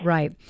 Right